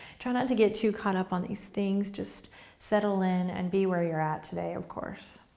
try not to get too caught up on these things. just settle in and be where you're at today, of course.